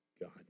God